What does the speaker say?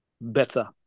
better